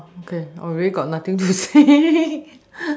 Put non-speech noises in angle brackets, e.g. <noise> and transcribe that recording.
okay really got nothing to say <laughs>